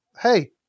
Hey